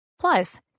Plus